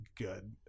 good